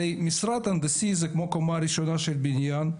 הרי מפרט הנדסי זה כמו קומה ראשונה של בניין.